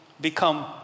become